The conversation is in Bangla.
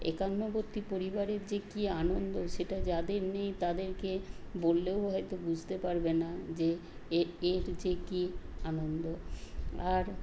একান্নবর্তী পরিবারের যে কী আনন্দ সেটা যাদের নেই তাদেরকে বললেও হয়তো বুঝতে পারবে না যে এ এর যে কি আনন্দ আর